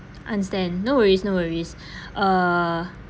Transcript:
understand no worries no worries uh